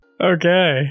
Okay